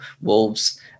Wolves